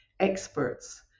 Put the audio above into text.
experts